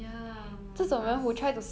ya must